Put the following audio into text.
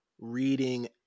reading